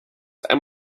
and